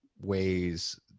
ways